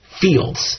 fields